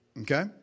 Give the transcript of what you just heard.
okay